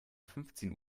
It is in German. fünfzehn